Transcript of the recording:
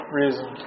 reason